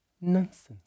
nonsense